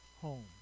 home